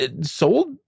sold